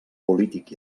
polític